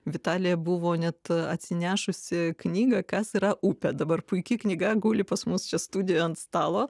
vitalija buvo net atsinešusi knygą kas yra upė dabar puiki knyga guli pas mus čia studijoj ant stalo